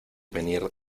venir